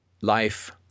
Life